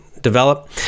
develop